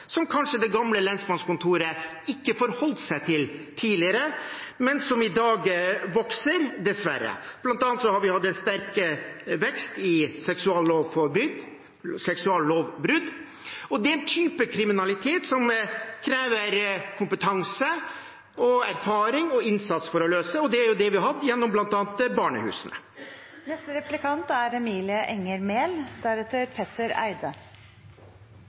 som kanskje det gamle lensmannskontoret ikke forholdt seg til tidligere, men som i dag vokser, dessverre. Blant annet har vi hatt en sterk vekst i antall seksuallovbrudd. Det er en type kriminalitet som det kreves kompetanse, erfaring og innsats for å løse, og det er det vi har hatt gjennom